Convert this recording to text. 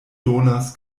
donas